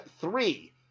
three